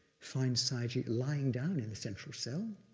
finds sayagyi lying down in the central cell.